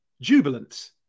jubilant